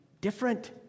different